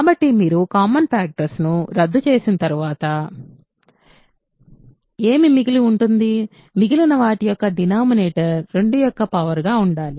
కాబట్టి మీరు common factors ను రద్దు చేసిన తర్వాత ఏమి మిగిలి ఉంటుంది మిగిలిన వాటి యొక్క డినామినేటర్ 2 యొక్క పవర్ గా ఉండాలి